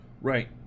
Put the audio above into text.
Right